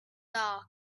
dark